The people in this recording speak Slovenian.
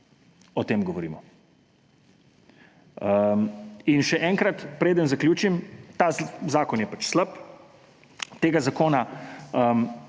o tem govorim. In še enkrat, preden zaključim, ta zakon je slab, tega zakona ne